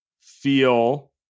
feel